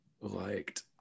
liked